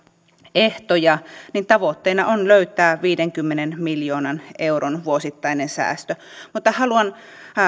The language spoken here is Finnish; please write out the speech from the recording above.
ehtoja tavoitteena on löytää viidenkymmenen miljoonan euron vuosittainen säästö mutta haluan